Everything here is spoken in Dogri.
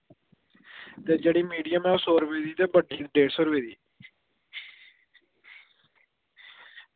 ते जेह्ड़ी मीडियम ऐ ओह् सौ रपेऽ दी बड्डी डेढ़ सौ रपेऽ दी